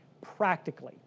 practically